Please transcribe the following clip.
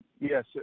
Yes